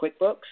QuickBooks